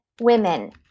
women